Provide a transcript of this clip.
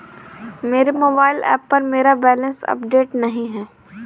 मेरे mobile app पर मेरा बैलेंस अपडेट नहीं है